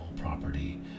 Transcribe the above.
property